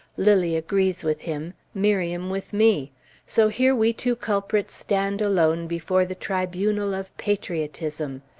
lilly agrees with him, miriam with me so here we two culprits stand alone before the tribunal of patriotism.